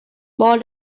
more